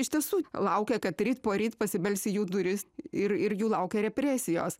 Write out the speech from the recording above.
iš tiesų laukia kad ryt poryt pasibelsi į jų duris ir ir jų laukia represijos